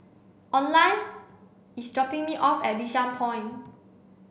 Oline is dropping me off at Bishan Point